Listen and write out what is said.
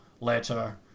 later